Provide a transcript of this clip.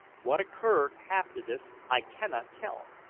what occurred after this i cannot tell,